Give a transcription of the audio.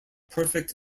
perfect